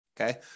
Okay